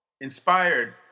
Inspired